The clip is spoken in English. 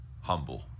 humble